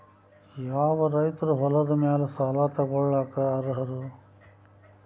ಯಾವ ರೈತರು ಹೊಲದ ಮೇಲೆ ಸಾಲ ತಗೊಳ್ಳೋಕೆ ಅರ್ಹರು?